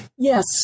Yes